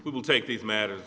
will take these matters